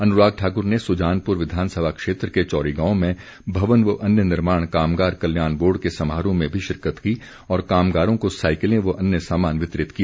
अनुराग ठाकुर ने सुजानपुर विधानसभा क्षेत्र के चौरी गांव में भवन व अन्य निर्माण कामगार कल्याण बोर्ड के समारोह में भी शिरकत की और कामगारों को साईकिले व अन्य सामान वितरित किया